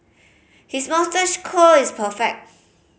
his moustache curl is perfect